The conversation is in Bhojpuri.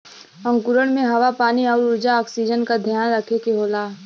अंकुरण में हवा पानी आउर ऊर्जा ऑक्सीजन का ध्यान रखे के होला